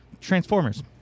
Transformers